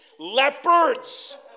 leopards